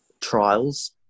Trials